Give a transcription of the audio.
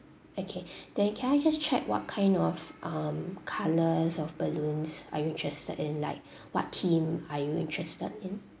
okay then can I just check what kind of um colours of balloons are you interested in like what theme are you interested in